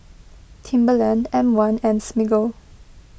Timberland M one and Smiggle